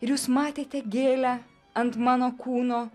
ir jūs matėte gėlę ant mano kūno